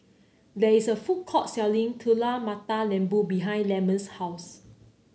there is a food court selling Telur Mata Lembu behind Lemon's house